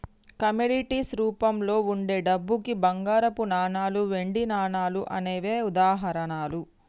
commodities రూపంలో వుండే డబ్బుకి బంగారపు నాణాలు, వెండి నాణాలు అనేవే ఉదాహరణలు